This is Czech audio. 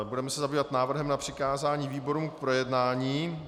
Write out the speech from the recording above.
Budeme se zabývat návrhem na přikázání výborům k projednání.